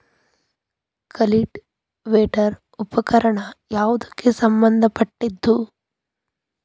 Cultivator ಉಪಕರಣ ಯಾವದಕ್ಕ ಸಂಬಂಧ ಪಟ್ಟಿದ್ದು?